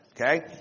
Okay